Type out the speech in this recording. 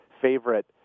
favorite